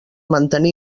mantenir